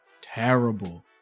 terrible